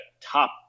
top